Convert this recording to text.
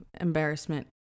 embarrassment